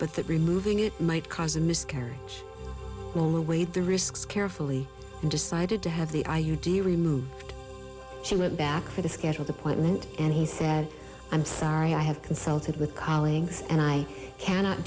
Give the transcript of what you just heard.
but that removing it might cause a miscarriage or wait the risks carefully and decided to have the i u d removed she went back for the scheduled appointment and he said i'm sorry i have consulted with colleagues and i cannot